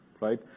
right